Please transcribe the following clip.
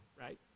right